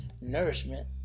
nourishment